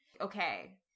okay